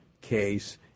case